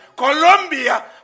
Colombia